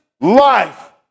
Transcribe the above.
life